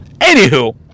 Anywho